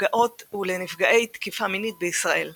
לנפגעי ונפגעות